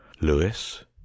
Lewis